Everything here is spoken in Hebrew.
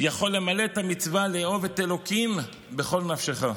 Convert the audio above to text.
יכול למלא את המצווה לאהוב את אלוקים בכל נפשך.